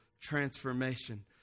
transformation